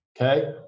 okay